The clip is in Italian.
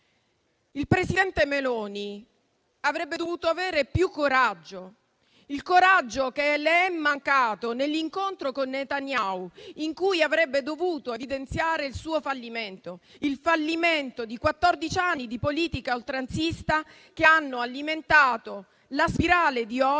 Il presidente Meloni avrebbe dovuto avere più coraggio, quel coraggio che invece le è mancato nell'incontro con Netanyahu, in cui avrebbe dovuto evidenziare il suo fallimento, il fallimento di quattordici anni di politica oltranzista, anni che hanno alimentato la spirale di odio